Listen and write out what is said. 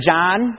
John